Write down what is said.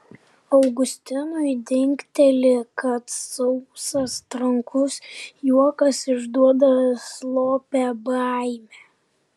augustinui dingteli kad sausas trankus juokas išduoda slopią baimę